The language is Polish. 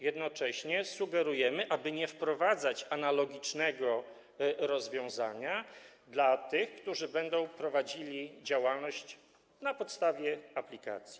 Jednocześnie sugerujemy, aby nie wprowadzać analogicznego rozwiązania dla tych, którzy będą prowadzili działalność przy wykorzystaniu aplikacji.